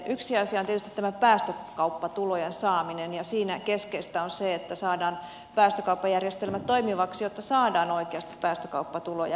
yksi asia on tietysti tämä päästökauppatulojen saaminen ja siinä keskeistä on se että saadaan päästökauppajärjestelmä toimivaksi jotta saadaan oikeasti päästökauppatuloja